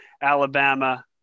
Alabama